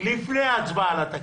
לפני ההצבעה על התקציב.